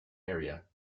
area